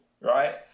right